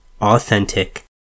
authentic